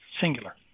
singular